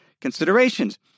considerations